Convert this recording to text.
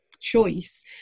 choice